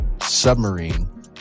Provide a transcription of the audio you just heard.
submarine